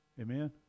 Amen